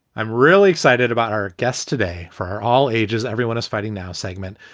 i'm really excited about our guest today. for her all ages, everyone is fighting now segment.